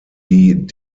die